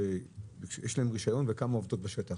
יש להן רישיון וכמה עובדות בשטח?